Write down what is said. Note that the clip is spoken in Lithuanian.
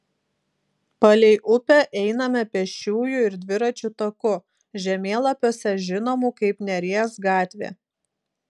palei upę einame pėsčiųjų ir dviračių taku žemėlapiuose žinomų kaip neries gatvė